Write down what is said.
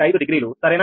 5 degree సరేనా